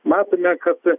matome kad